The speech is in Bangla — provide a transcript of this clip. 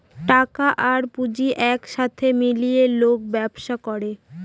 টাকা আর পুঁজি এক সাথে মিলিয়ে লোক ব্যবসা করে